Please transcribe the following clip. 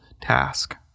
task